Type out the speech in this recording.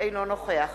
אינו נוכח